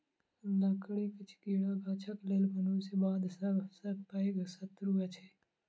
लकड़ीक कीड़ा गाछक लेल मनुष्य बाद सभ सॅ पैघ शत्रु अछि